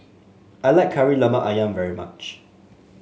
I like Kari Lemak ayam very much